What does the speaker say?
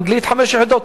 אנגלית חמש יחידות,